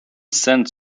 sent